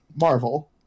marvel